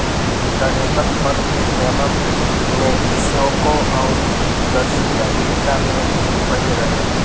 dragon फल के जनम मेक्सिको अउरी दक्षिणी अमेरिका में भईल रहे